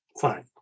fine